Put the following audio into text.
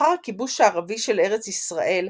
לאחר הכיבוש הערבי של ארץ ישראל,